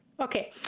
Okay